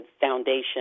foundation